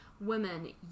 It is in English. women